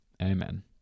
amen